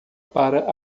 para